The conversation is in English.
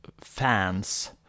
fans